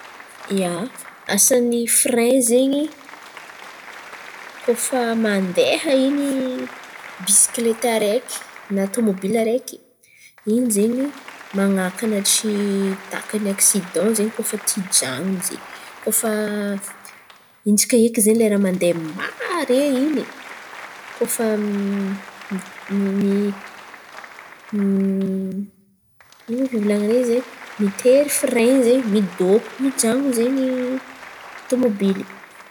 ia, asan"n̈y frein zen̈y kôa fa mandeha in̈y bisikileta araiky na tômobily araiky in̈y zen̈y manakana tsy takan̈y aksidan kôa fa tia, hijanona zen̈y. Kô fa intsaka eky zen̈y mandeha mare in̈y, ino fivolan̈ana izy zay mitery frain zen̈y midôko, mijanona zen̈y tômôbily.